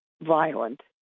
violent